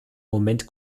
moment